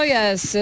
yes